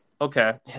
Okay